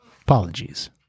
apologies